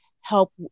help